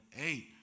eight